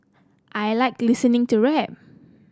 I like listening to rap